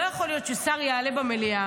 לא יכול להיות ששר יעלה במליאה